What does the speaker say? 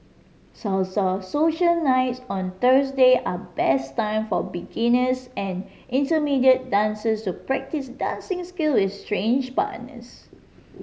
salsa social nights on Thursday are best time for beginners and intermediate dancers to practice dancing skill with strange partners